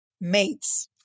mates